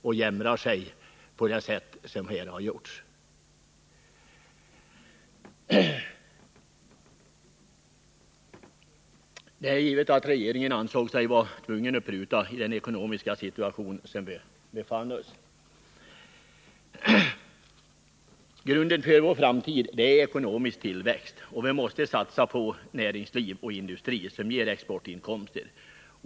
Ändå jämrar man sig på det sätt som skett här i debatten. Det är givet att regeringen ansåg sig vara tvungen att pruta i den ekonomiska situation som vi befann oss i. Grunden för vår framtid är ekonomisk tillväxt, och vi måste satsa på ett näringsliv och en industri som ger exportinkomster.